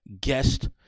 guest